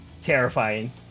terrifying